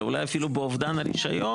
אלא אולי אפילו באובדן הרישיון